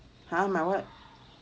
!huh! my what